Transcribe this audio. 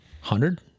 Hundred